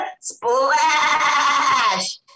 splash